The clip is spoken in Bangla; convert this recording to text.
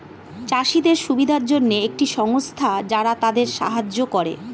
চাষীদের সুবিধার জন্যে একটি সংস্থা যারা তাদের সাহায্য করে